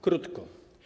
Krótko.